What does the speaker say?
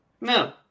no